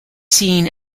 seen